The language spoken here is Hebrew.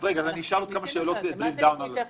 מה זה "ליקויים טכניים"?